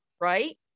right